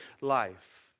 life